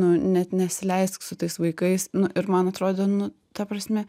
nu net nesileisk su tais vaikais nu ir man atrodydavo nu ta prasme